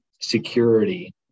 security